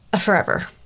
forever